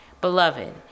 Beloved